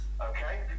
Okay